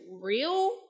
real